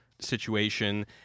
situation